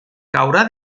caurà